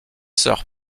sœur